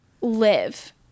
live